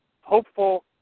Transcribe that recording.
hopeful